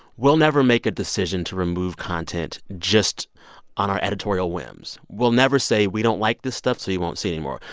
we'll never make a decision to remove content just on our editorial whims. we'll never say, we don't like this stuff, so you won't see it anymore.